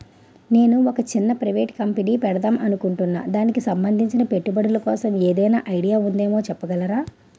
నేను ఒక చిన్న ప్రైవేట్ కంపెనీ పెడదాం అనుకుంటున్నా దానికి సంబందించిన పెట్టుబడులు కోసం ఏదైనా ఐడియా ఉందేమో చెప్పగలరా?